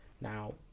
now